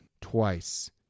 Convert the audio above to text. twice